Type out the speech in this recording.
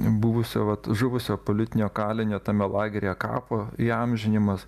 buvusio vat žuvusio politinio kalinio tame lageryje kapo įamžinimas